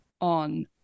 on